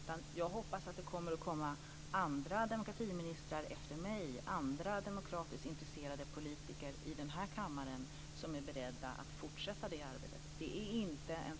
Således hoppas jag att andra demokratiministrar efter mig och andra demokratiskt intresserade politiker i denna kammare är beredda att fortsätta det här arbetet.